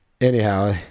anyhow